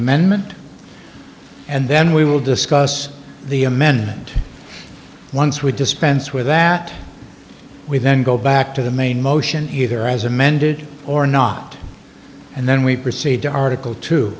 amendment and then we will discuss the amendment once we dispense with that we then go back to the main motion either as amended or not and then we proceed to article t